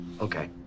Okay